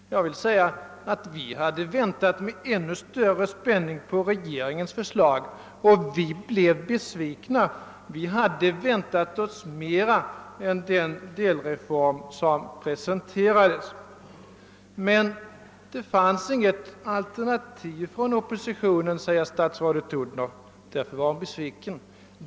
Vi har väntat med ännu större spänning på regeringens förslag och vi blev besvikna. Vi har väntat oss mer än den delreform som presenterades. Men det fanns ju inget alternativ från oppositionen, säger statsrådet Odhnoff, därför var hon besviken.